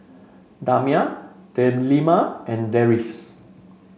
Damia Delima and Deris